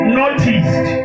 noticed